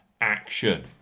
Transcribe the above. action